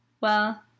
Well